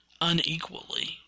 unequally